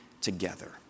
together